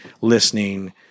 listening